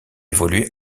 évolué